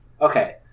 Okay